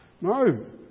No